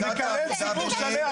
הוא מקלל ציבור שלם,